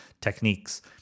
techniques